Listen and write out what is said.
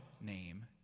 name